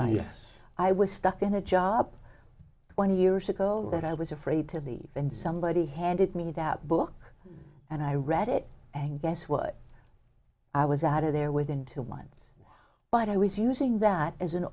yes i was stuck in a job twenty years ago that i was afraid to the and somebody handed me that book and i read it and guess what i was out of there within two months but i was using that as an